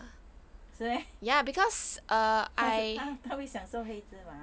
是 meh 她会享受黑芝麻